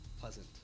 pleasant